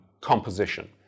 composition